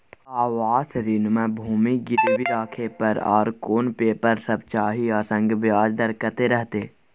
आवास ऋण म भूमि गिरवी राखै पर आर कोन पेपर सब चाही आ संगे ब्याज दर कत्ते रहते?